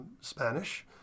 Spanish